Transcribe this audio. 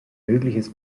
mögliches